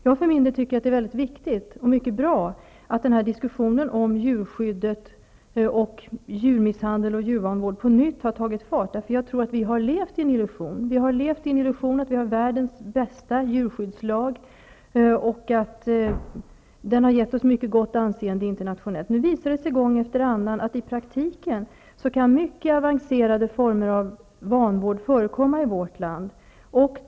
Jag för min del tycker att det är viktigt och bra att denna diskussion om djurskyddet, om djurmisshandel och djurvanvård, på nytt har tagit fart. Jag tror att vi har levt i en illusion. Vi har levt i en illusion att vi har världens bästa djurskyddslag och att den har gett oss mycket gott anseende internationellt. Nu visar det sig gång efter annan att i praktiken kan mycket avancerade former av vanvård förekomma i vårt land.